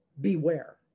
Beware